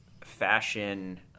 fashion –